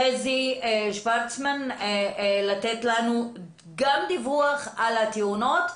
חזי שוורצמן, לתת לנו גם דיווח על התאונות,